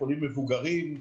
חולים מבוגרים,